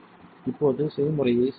இப்போது செய்முறையை சேமிக்கவும்